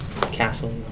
Castle